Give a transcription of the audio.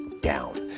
down